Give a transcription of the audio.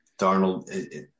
Darnold